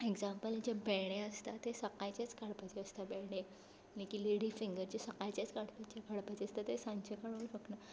example जे भेंडे आसता ते सकाळचेच काडपाचे आसता भेंडे मागीर लेडी फिंगर जे सकाळचेच काडपाचे आसता ते सांचे काडूं शकना